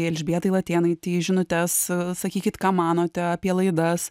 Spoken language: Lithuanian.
elžbietai latėnaitei žinutes sakykit ką manote apie laidas